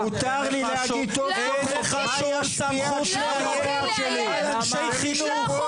מותר לי להגיד מהי הסמכות שלי -- לא לאיים,